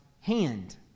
hand